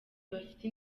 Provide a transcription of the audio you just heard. bafite